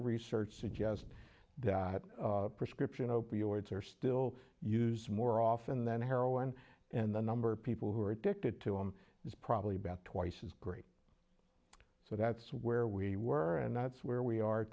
research suggests that prescription opioids are still used more often than heroin and the number of people who are addicted to him is probably about twice as great so that's where we were and that's where we are